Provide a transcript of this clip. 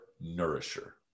nourisher